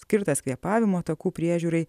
skirtas kvėpavimo takų priežiūrai